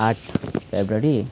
आठ फेब्रुअरी